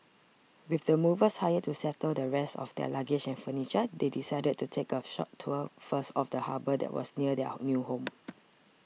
with the movers hired to settle the rest of their luggage and furniture they decided to take a short tour first of the harbour that was near their new home